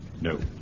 No